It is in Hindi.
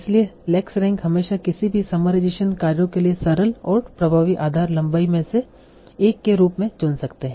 इसलिए लेक्सरैंक हमेशा किसी भी समराइजेशन कार्यों के लिए सरल और प्रभावी आधार लंबाई में से एक के रूप में चुन सकते हैं